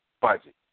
budget